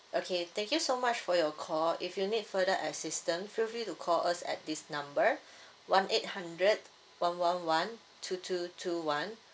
okay thank you so much for your call if you need further assistant feel free to call us at this number one eight hundred one one one two two two one